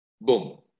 Boom